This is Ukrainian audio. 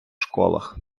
школах